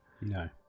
no